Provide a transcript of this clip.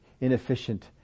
inefficient